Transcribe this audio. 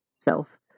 self